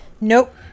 Nope